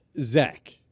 Zach